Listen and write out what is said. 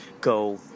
go